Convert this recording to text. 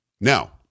Now